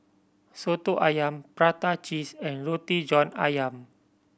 Soto Ayam prata cheese and Roti John Ayam